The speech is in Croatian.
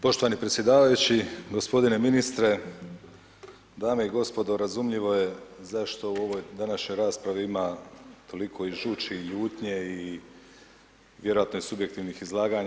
Poštovani predsjedavajući, gospodine ministre, dame i gospodo razumljivo je zašto u ovoj današnjoj raspravi ima toliko i žući, i ljutnje i vjerojatno subjektivnih izlaganja.